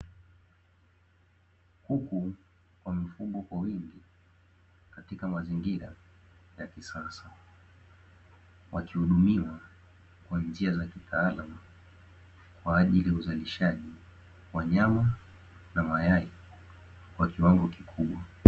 Kuku wamefugwa kwa wingi katika mazingira ya kisasa, wakihudumiwa kwa nija za kitaalamu kwa ajili ya uzalishaji wa nyama na mayai kwa kiwango kikubwa.